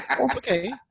Okay